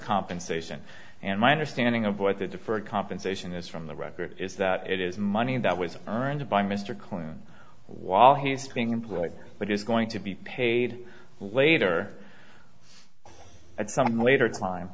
compensation and my understanding of what the deferred compensation is from the record is that it is money that was earned by mr clinton while he's being employed but is going to be paid later at some later time